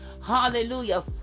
Hallelujah